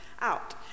out